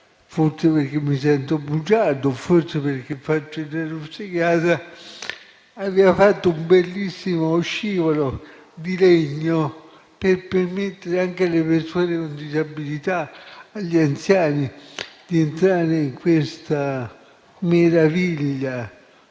forse perché mi sento bugiardo, o forse perché faccio il neuropsichiatra - che aveva fatto un bellissimo scivolo di legno per permettere anche alle persone con disabilità e agli anziani di entrare in questa meraviglia,